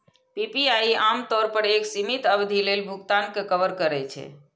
PPI आम तौर पर एक सीमित अवधि लेल भुगतान कें कवर करै छै